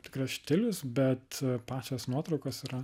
tikras štilius bet pačios nuotraukos yra